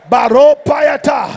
Baropayata